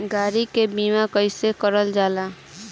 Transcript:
गाड़ी के बीमा कईसे करल जाला?